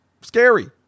scary